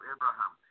Abraham